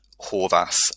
Horvath